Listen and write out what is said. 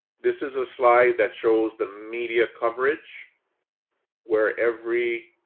this is a slide that shows the media coverage where every